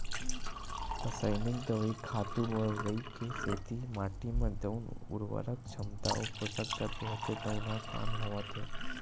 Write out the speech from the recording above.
रसइनिक दवई, खातू बउरई के सेती माटी म जउन उरवरक छमता अउ पोसक तत्व होथे तउन ह कम होवत हे